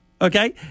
Okay